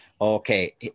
Okay